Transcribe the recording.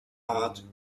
art